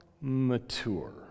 mature